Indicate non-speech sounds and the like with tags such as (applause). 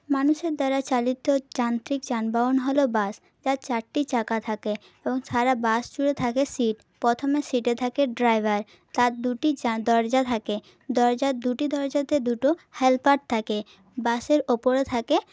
মানুষের দ্বারা চালিত যান্ত্রিক যানবাহন হল বাস যার চারটি চাকা থাকে এবং সারা বাস জুড়ে থাকে সিট প্রথমের সিটে থাকে ড্রাইভার তার দুটি (unintelligible) দরজা থাকে দরজার দুটি দরজাতে দুটো হেল্পার থাকে বাসের ওপরে থাকে